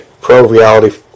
pro-reality